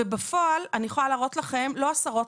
ובפועל אני יכולה להראות לכם לא עשרות,